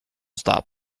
stop